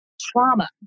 trauma